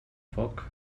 foc